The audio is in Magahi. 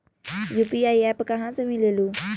यू.पी.आई एप्प कहा से मिलेलु?